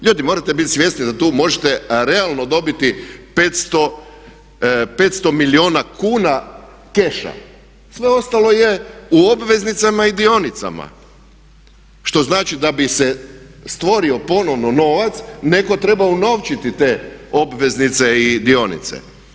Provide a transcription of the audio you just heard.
Ljudi morate biti svjesni da tu možete realno dobiti 500 milijuna kuna keša, sve ostalo je u obveznicama i dionicama što znači da bi se stvorio ponovno novac netko treba unovčiti te obveznice i dionice.